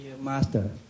master